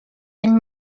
این